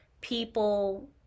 people